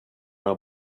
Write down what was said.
her